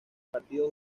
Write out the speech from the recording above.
partido